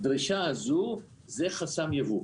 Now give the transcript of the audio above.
הדרישה הזו היא חסם יבוא.